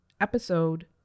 episode